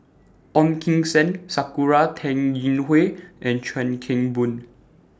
Ong Kim Seng Sakura Teng Ying Hua and Chuan Keng Boon